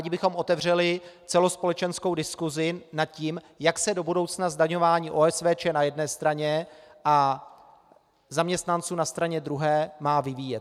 Rádi bychom otevřeli celospolečenskou diskusi nad tím, jak se do budoucna zdaňování OSVČ na jedné straně a zaměstnanců na straně druhé má vyvíjet.